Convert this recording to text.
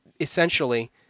essentially